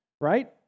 right